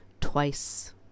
twice